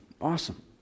awesome